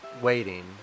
Waiting